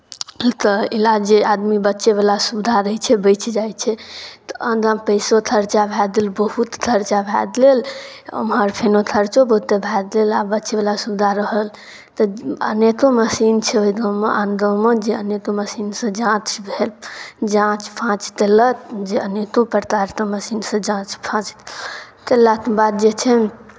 एतय इलाज जे आदमी बचयवला सुविधा रहै छै बचि जाइ छै तऽ आदाँ पैसो खर्चा भए देल बहुत थर्चा भए देल ओम्हर फेनो थर्चो बहुते भए देल आ बचयवला सुविधा रहल तऽ अनेतो मशीन छै ओहि गाँवमे आन गाँवमे जे अनेतो मशीनसँ जाँच भेल जाँच फाँच तेलक जे अनेको प्रकारते मशीनसँ जाँच फाँच तेलाके बाद जे छै